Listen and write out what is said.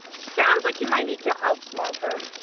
sounds like you might need to outsmart her!